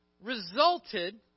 resulted